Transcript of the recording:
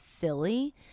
silly